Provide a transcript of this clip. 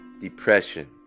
depression